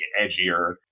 edgier